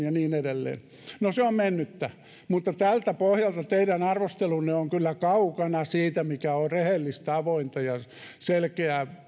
ja niin edelleen no se on mennyttä tältä pohjalta teidän arvostelunne vuoden kaksituhattaviisitoista jälkeen on kyllä kaukana siitä mikä on rehellistä avointa ja selkeää